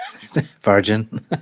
Virgin